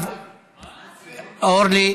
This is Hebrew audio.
עכשיו אורלי עולה,